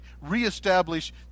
reestablish